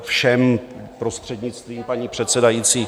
Všem, prostřednictvím paní předsedající...